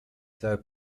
though